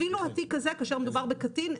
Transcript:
אפילו התיק הזה, כאשר מדובר בקטין,